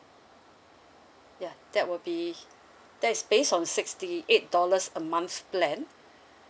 yeah that will be that is based on sixty eight dollars a month's plan